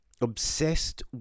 Obsessed